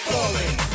Falling